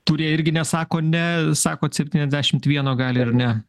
kurie irgi nesako ne sakot septyniasdešimt vieno gali ir ne